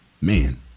man